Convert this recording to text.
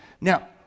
Now